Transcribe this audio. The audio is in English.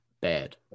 bad